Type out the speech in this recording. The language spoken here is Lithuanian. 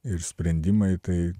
ir sprendimai tai